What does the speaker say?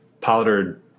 powdered